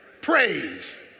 praise